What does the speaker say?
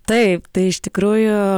taip tai iš tikrųjų